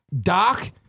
Doc